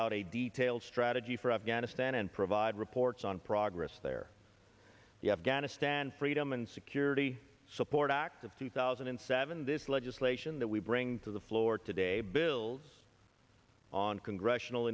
out a detailed strategy for afghanistan and provide reports on progress there the afghanistan freedom and security support act of two thousand and seven this legislation that we bring to the floor today builds on congressional